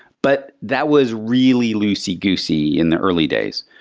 but that was really loosey-goosey in the early days.